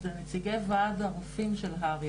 --- זה נציגי ועד הרופאים של הר"י.